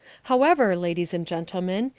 however, ladies and gentlemen,